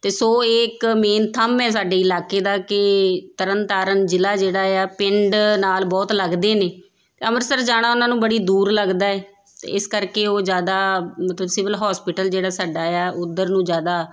ਅਤੇ ਸੋ ਇਹ ਇੱਕ ਮੇਨ ਥੰਮ ਹੈ ਸਾਡੇ ਇਲਾਕੇ ਦਾ ਕਿ ਤਰਨਤਾਰਨ ਜਿਲ੍ਹਾ ਜਿਹੜਾ ਆ ਪਿੰਡ ਨਾਲ ਬਹੁਤ ਲੱਗਦੇ ਨੇ ਅੰਮ੍ਰਿਤਸਰ ਜਾਣਾ ਉਹਨਾਂ ਨੂੰ ਬੜੀ ਦੂਰ ਲੱਗਦਾ ਹੈ ਇਸ ਕਰਕੇ ਉਹ ਜ਼ਿਆਦਾ ਮਤਲਵ ਸਿਵਲ ਹੋਸਪਿਟਲ ਜਿਹੜਾ ਸਾਡਾ ਆ ਉੱਧਰ ਨੂੰ ਜ਼ਿਆਦਾ